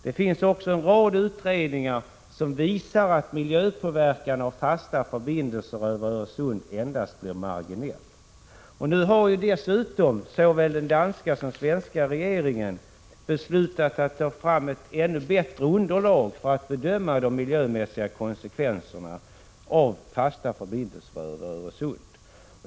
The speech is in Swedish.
Det finns också en rad utredningar som visar att miljöpåverkan av fasta förbindelser över Öresund endast blir marginell. Nu har dessutom såväl den danska som svenska regeringen beslutat att ta fram ett ännu bättre underlag för att bedöma de miljömässiga konsekvenserna av fasta förbindelser över Öresund.